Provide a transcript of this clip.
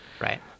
Right